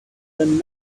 than